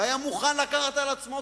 והיה מוכן לקבל על עצמו,